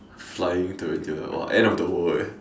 flying tarantula !wah! end of the world eh